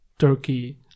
Turkey